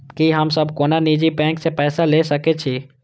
की हम सब कोनो निजी बैंक से पैसा ले सके छी?